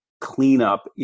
cleanup